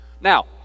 Now